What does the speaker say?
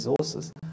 resources